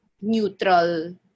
neutral